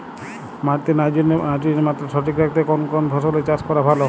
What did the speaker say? মাটিতে নাইট্রোজেনের মাত্রা সঠিক রাখতে কোন ফসলের চাষ করা ভালো?